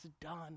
done